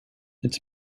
its